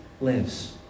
lives